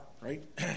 right